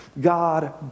God